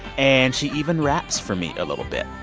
and she even raps for me a little bit.